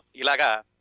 Ilaga